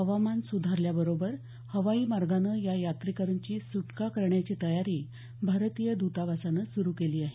हवामान सुधारल्याबरोबर हवाई मार्गानं या यात्रेकरूंची सुटका करण्याची तयारी भारतीय दतावासानं सुरू केली आहे